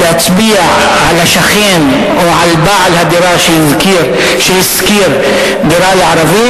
להצביע על השכן או על בעל הדירה שהשכיר דירה לערבים.